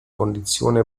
condizione